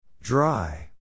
Dry